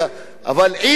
אבל עם זאת,